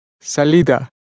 Salida